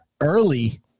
early